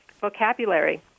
vocabulary